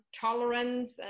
tolerance